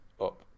up